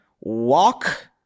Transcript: walk